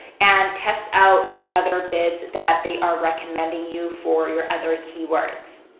and test out the other bids that they are recommending you for your other keywords.